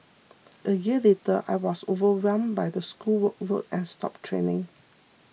a year later I was overwhelmed by the school workload and stopped training